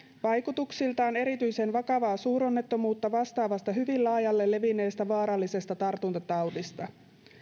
vaikutuksiltaan erityisen vakavaa suuronnettomuutta vastaavasta hyvin laajalle levinneestä vaarallisesta tartuntataudista